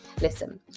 Listen